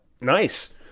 Nice